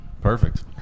Perfect